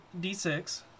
d6